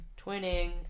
twinning